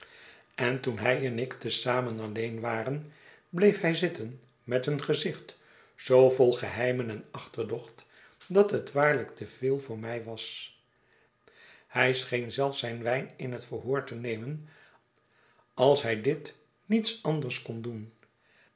en toen hij en ik te zamen alleen waren bleef hy zitten met een gezicht zoo vol geheimen en achterdocht dat het waarlijk te veel voor my was hij scheen zelfs zijn wijn in het verhoor te nemen als hij dit niets anders kon doen